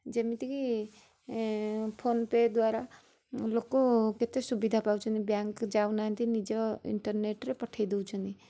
ଯେମିତି କି PhonePe ଦ୍ବାରା ଲୋକ କେତେ ସୁବିଧା ପାଉଛନ୍ତି ବ୍ୟାଙ୍କ୍ ଯାଉନାହାଁନ୍ତି ନିଜ ଇଣ୍ଟରନେଟ୍ ରେ ପଠାଇ ଦଉଛନ୍ତି